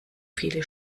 viele